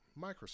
Microsoft